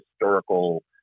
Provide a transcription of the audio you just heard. historical